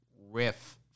riff